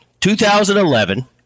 2011